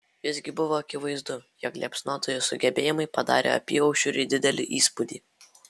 visgi buvo akivaizdu jog liepsnotojo sugebėjimai padarė apyaušriui didelį įspūdį